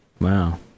wow